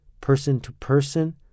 person-to-person